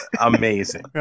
amazing